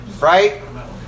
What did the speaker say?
right